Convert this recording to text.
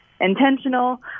intentional